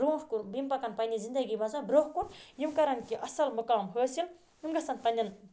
برونٛہہ کُن یِم پَکَن پَننہِ زندگی مَنز برونٛہہ کُن یِم کَرَن کیٚنٛہہ اصل مُقام حٲصِل یِم گَژھَن پَننٮ۪ن